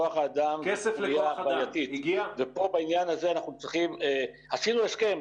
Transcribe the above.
כוח-אדם זו סוגיה בעייתית ופה בעניין הזה עשינו הסכם.